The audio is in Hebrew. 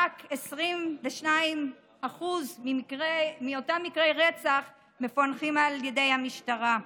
רק 22% מאותם מקרי רצח מפוענחים על ידי המשטרה.